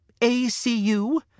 ACU